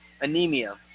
anemia